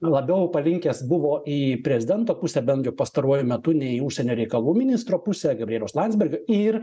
labiau palinkęs buvo į prezidento pusę bent jau pastaruoju metu nei į užsienio reikalų ministro pusę gabrieliaus landsbergio ir